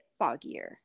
foggier